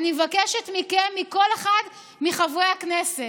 אני מבקשת מכם, מכל אחד מחברי הכנסת,